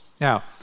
Now